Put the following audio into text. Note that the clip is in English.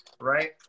right